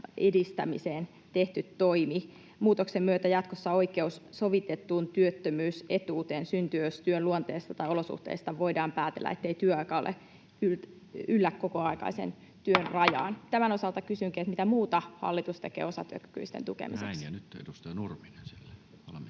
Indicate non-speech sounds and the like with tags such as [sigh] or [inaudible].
edistämiseen tehty toimi. Muutoksen myötä jatkossa oikeus soviteltuun työttömyysetuuteen syntyy, jos työn luonteesta tai olosuhteista voidaan päätellä, ettei työaika yllä kokoaikaisen työn rajaan. [noise] Tämän osalta kysynkin: mitä muuta hallitus tekee osatyökykyisten tukemiseksi? Näin. [Ilmari Nurminen pyytää